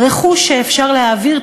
רכוש שאפשר להעביר,